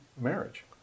marriage